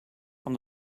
van